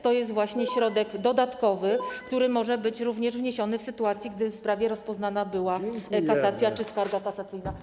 To jest właśnie środek dodatkowy, który może być również wniesiony w sytuacji, gdy w sprawie była rozpoznana kasacja czy skarga kasacyjna.